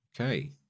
Okay